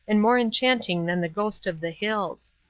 and more enchanting than the ghost of the hills.